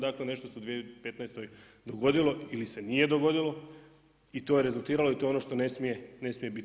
Dakle, nešto su u 2015. dogodilo ili se nije dogodilo i to je rezultiralo i to je ono što ne smije biti.